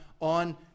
on